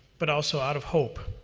but also out of hope.